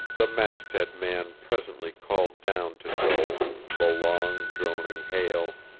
the masthead man presently called down to joel the long, droning hail